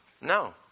No